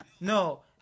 No